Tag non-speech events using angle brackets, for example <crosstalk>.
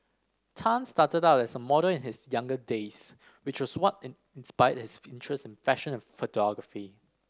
Tan started out as a model in his younger days which was what in inspired his <unintelligible> interest in fashion and photography